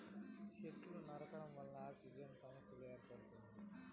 సెట్లను నరకడం వల్ల ఆక్సిజన్ సమస్య ఏర్పడుతుంది